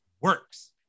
works